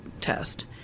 test